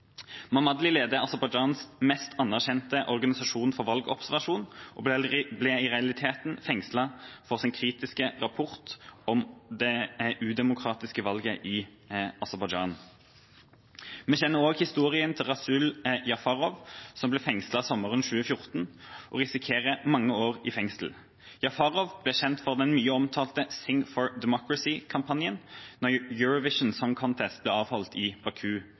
leder Aserbajdsjans mest anerkjente organisasjon for valgobservasjon og ble i realiteten fengslet for sine kritiske rapporter om det udemokratiske valget i Aserbajdsjan. Vi kjenner også historien til Rasul Jafarov, som ble fengslet sommeren 2014 og risikerer mange år i fengsel. Jafarov ble kjent for den mye omtalte «Sing for Democracy»-kampanjen da Eurovision Song Contest ble avholdt i Baku